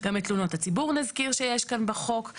גם את תלונות הציבור נזכיר שיש כאן בחוק.